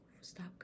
Stop